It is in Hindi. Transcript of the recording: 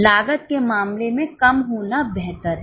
लागत के मामले में कम होना बेहतर है